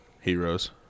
Heroes